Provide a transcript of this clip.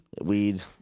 Weed